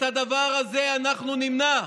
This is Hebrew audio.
את הדבר הזה אנחנו נמנע.